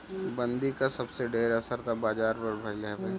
बंदी कअ सबसे ढेर असर तअ बाजार पअ भईल हवे